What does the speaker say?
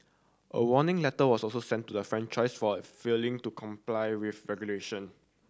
a warning letter was also sent to the franchisee for failing to comply with regulation